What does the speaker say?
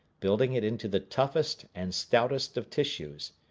building it into the toughest and stoutest of tissues.